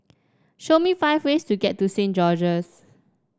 show me five ways to get to Saint George's